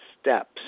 steps